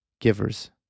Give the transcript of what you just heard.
Givers